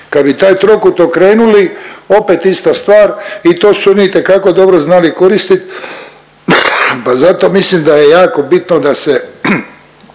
Kad bi taj trokut okrenuli opet ista stvar i to su oni itekako dobro znali koristiti pa zato mislim da je jako bitno da se